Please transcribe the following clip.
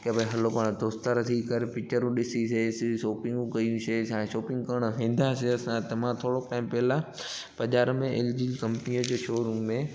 की भई हलो पाणि दोस्तार थी करे पिक्चरूं ॾिसिसिंसि शॉपिंगू कयुसिंसि हाणे शॉपिंग करण वेंदासीं असां त मां थोरोक टाइम पहिला बाज़ारि में एल जी कंपनीअ जे शो रुम में